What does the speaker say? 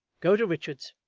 go to richards!